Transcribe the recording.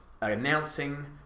announcing